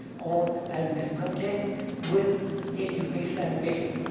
or i am discontent with the education i am getting,